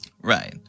Right